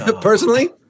Personally